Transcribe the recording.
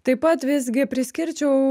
taip pat visgi priskirčiau